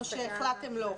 או שהחלטתם לא?